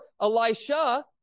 Elisha